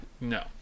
No